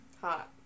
hot